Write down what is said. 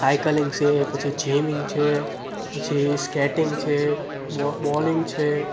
cycling છે પછી gymming છે પછી સ્કેટિંગ છે બૉલિંગ છે